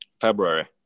February